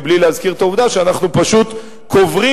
בלי להזכיר את העובדה שאנחנו פשוט קוברים